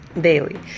daily